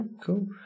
cool